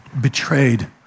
Betrayed